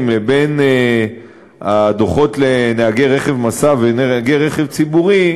לבין הדוחות לנהגי רכב משא ונהגי רכב ציבורי,